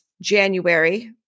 January